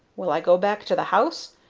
will i go back to the house?